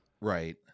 Right